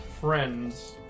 friends